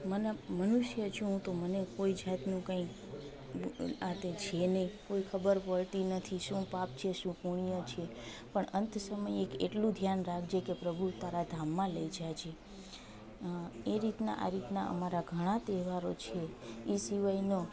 મને મનુષ્ય છું હું તો મને કોઈ જાતનું કાંઈ આ તે છીએ નહીં કોઈ ખબર પડતી નથી શું પાપ છે શું પુણ્ય છે પણ અંત સમયે એક એટલું ધ્યાન રાખજે કે પ્રભુ તારા ધામમાં લઈ જજે એ રીતના આ રીતના અમારા ઘણા તહેવારો છે એ સિવાયનો